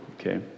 okay